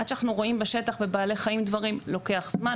עד שאנחנו רואים בשטח ובבעלי חיים דברים לוקח זמן.